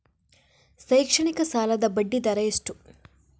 ಶೈಕ್ಷಣಿಕ ಸಾಲದ ಬಡ್ಡಿ ದರ ಎಷ್ಟು?